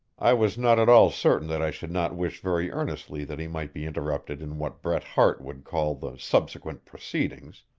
i was not at all certain that i should not wish very earnestly that he might be interrupted in what bret harte would call the subsequent proceedings.